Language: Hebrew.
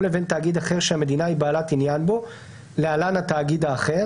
או לבין תאגיד אחר שהמדינה היא בעלת עניין בו (להלן התאגיד האחר),